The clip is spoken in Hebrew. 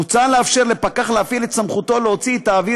מוצע לאפשר לפקח להפעיל את סמכותו להוציא את האוויר